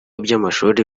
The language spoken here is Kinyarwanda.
by’amashuri